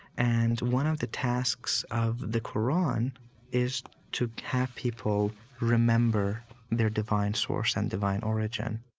and one of the tasks of the qur'an is to have people remember their divine source and divine origin